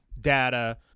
data